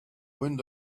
wind